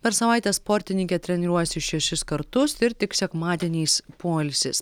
per savaitę sportininkė treniruojasi šešis kartus ir tik sekmadieniais poilsis